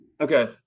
Okay